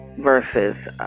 versus